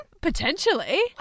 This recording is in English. Potentially